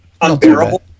unbearable